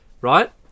Right